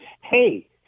hey